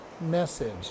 message